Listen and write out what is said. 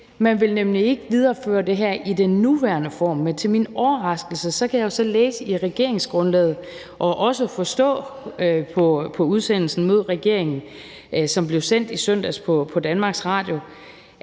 man vil nemlig ikke videreføre det her i den nuværende form. Men til min overraskelse kan jeg jo så læse i regeringsgrundlaget og også forstå på udsendelsen »Mød Regeringen«, som blev sendt i søndags på DR, at det